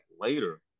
later